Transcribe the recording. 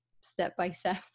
step-by-step